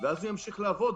ואז הוא ימשיך לעבוד,